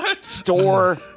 store